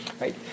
right